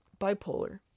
Bipolar